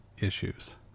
issues